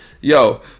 yo